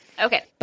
Okay